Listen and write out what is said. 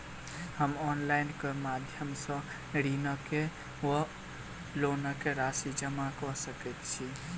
हम ऑनलाइन केँ माध्यम सँ ऋणक वा लोनक राशि जमा कऽ सकैत छी?